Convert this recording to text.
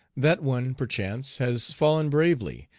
that one, perchance, has fallen bravely,